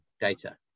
data